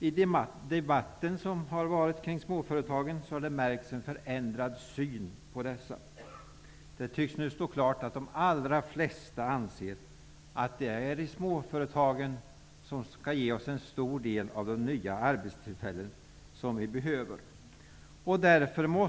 I debatten har märkts en förändrad syn på småföretagarna. Det tycks nu stå klart att de allra flesta anser att det är småföretagen som skall ge oss en stor del av de nya arbetstillfällen som vi behöver.